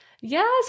Yes